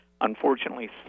Unfortunately